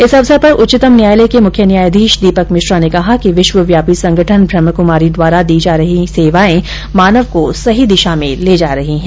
इस अवसर पर उच्चत्तम न्यायालय के मुख्य न्यायाधीश दीपक मिश्रा ने कहा कि विश्वव्यापी संगठन ब्रह्माकुमारी द्वारा की जा रही हैं सेवाएं मानव को सही दिशा में ले जा रही हैं